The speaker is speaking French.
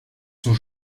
sont